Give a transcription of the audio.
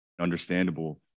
Understandable